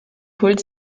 kult